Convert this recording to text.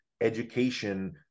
education